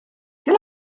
quel